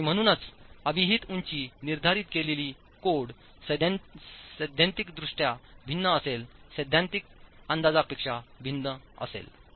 आणि म्हणूनच अभिहित उंची निर्धारित केलेली कोड सैद्धांतिकदृष्ट्या भिन्न असेल सैद्धांतिक अंदाजांपेक्षा भिन्न असेल